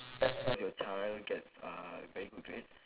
if your child gets very good grades